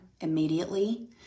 immediately